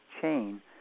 chain